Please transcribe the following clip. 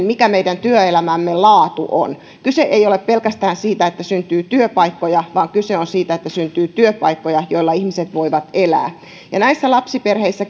mikä meidän työelämämme laatu on kyse ei ole pelkästään siitä että syntyy työpaikkoja vaan kyse on siitä että syntyy työpaikkoja joilla ihmiset voivat elää näissä lapsiperheissä